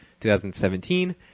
2017